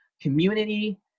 community